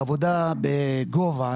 בעבודה בגובה,